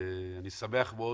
אני שמח מאוד